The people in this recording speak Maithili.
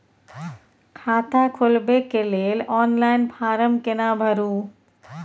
खाता खोलबेके लेल ऑनलाइन फारम केना भरु?